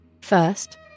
First